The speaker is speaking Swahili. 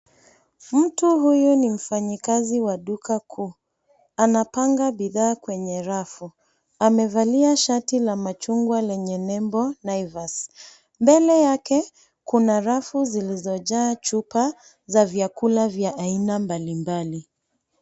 Mtu huyu ni mfanyikazi wa duka kuu. Anapanga bidhaa kwenye rafu. Amevalia shati la machungwa lenye nembo naivas. Mbele yake kuna rafu zilizojaa chupa za vyakula vya aina mbalimbali.